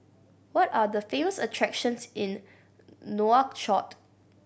what are the famous attractions in Nouakchott